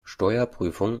steuerprüfungen